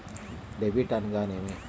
Debit అనగానేమి?